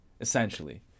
essentially